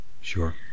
Sure